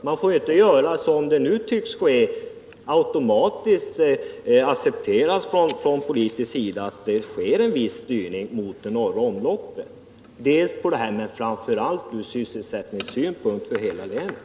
Man får ju inte göra som man nu tycks göra från regeringssidan, automatiskt acceptera att det sker en viss styrning mot det norra omloppet. Det gäller framför allt ur sysselsättningssynpunkt för hela länet.